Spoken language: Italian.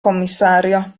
commissario